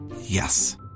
Yes